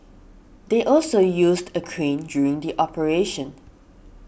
they also used a crane during the operation